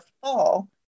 fall